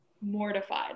mortified